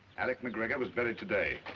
alec macgregor was buried today.